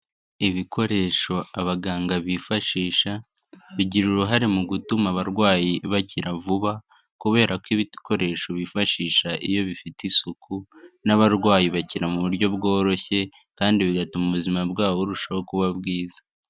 Ibikoresho abaganga bifashisha, bigira uruhare mu gutuma abarwayi bakira vuba, kubera ko ibikoresho bifashisha iyo bifite isuku n'abarwayi bakira mu buryo bworoshye, kandi bigatuma ubuzima bwabo burushaho kuba bwiza.